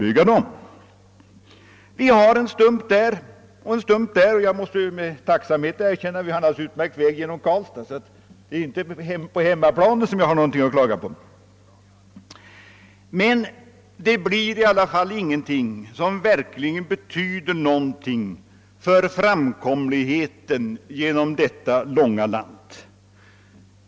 Vi har som sagt en stump här och en stump där, och jag måste med tacksamhet erkänna att vi har en alldeles utmärkt motorväg genom Karlstad, varför jag alltså på hemmaplan inte har någonting att klaga på. Men det blir i alla fall ingenting som verkligen betyder något för framkomligheten genom detta långa land.